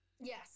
Yes